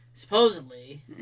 supposedly